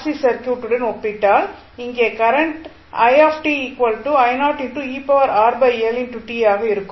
C சர்க்யூட்டுடன் ஒப்பிட்டால் இங்கே கரண்ட் ஆக இருக்கும்